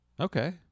Okay